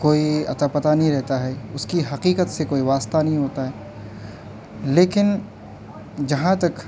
کوئی اتا پتہ نہیں رہتا ہے اس کی حقیقت سے کوئی واسطہ نہیں ہوتا ہے لیکن جہاں تک